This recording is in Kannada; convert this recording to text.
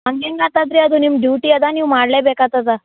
ಹಂಗೆ ಹೆಂಗೆ ಆತದೆ ರೀ ಅದು ನಿಮ್ಮ ಡ್ಯೂಟಿ ಅದ ನೀವು ಮಾಡಲೇ ಬೇಕಾಯ್ತದ